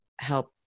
help